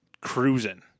cruising